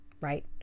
right